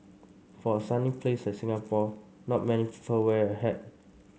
for a sunny place like Singapore not many people wear a hat